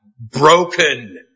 broken